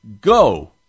Go